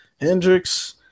Hendricks